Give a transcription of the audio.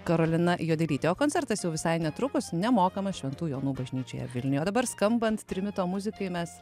karolina juodelyte o koncertas jau visai netrukus nemokamas šventų jonų bažnyčioje vilniuje o dabar skambant trimito muzikai mes